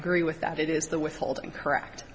agree with that it is the withholding correct